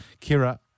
Kira